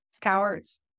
Coward's